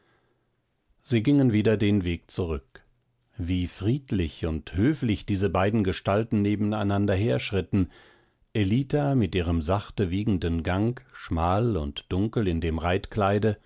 sie gingen wieder den weg zurück wie friedlich und höflich diese beiden gestalten nebeneinander herschritten ellita mit ihrem sachte wiegenden gang schmal und dunkel in dem